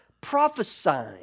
prophesying